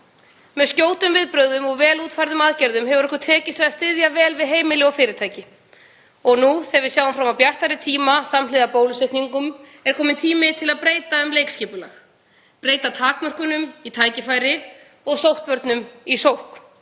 Með skjótum viðbrögðum og vel útfærðum aðgerðum hefur okkur tekist að styðja vel við heimili og fyrirtæki. Nú þegar við sjáum fram á bjartari tíma samhliða bólusetningum er kominn tími til að breyta um leikskipulag. Breyta takmörkunum í tækifæri og sóttvörnum í sókn